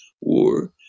war